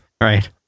Right